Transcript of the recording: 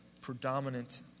predominant